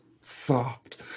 soft